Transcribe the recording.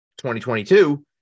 2022